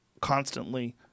constantly